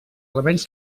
elements